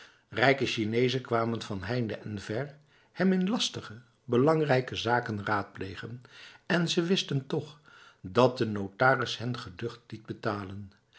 rijke chinezen kwamen van heinde en ver hem in lastige belangrijke zaken raadplegen en ze wisten toch dat de notaris hen geducht liet betalen